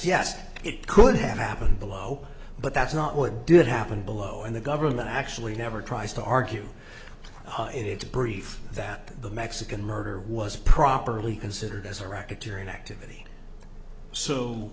yes it could have happened below but that's not what did happen below and the government actually never tries to argue its brief that the mexican murder was properly considered as a racketeering activity so